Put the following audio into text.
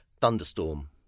thunderstorm